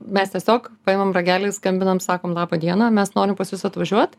mes tiesiog paimam ragelį skambinam sakom laba diena mes norim pas jus atvažiuot